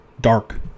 dark